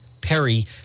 Perry